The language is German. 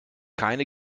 keine